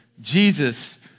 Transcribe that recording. Jesus